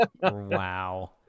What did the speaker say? Wow